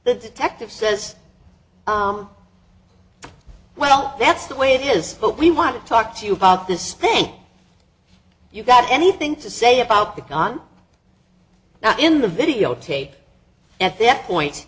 the detective says well that's the way it is but we want to talk to you about this thing you got anything to say about the con now in the videotape at that point